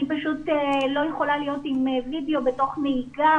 אני פשוט לא יכולה להיות עם וידאו בתוך נהיגה.